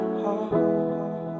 heart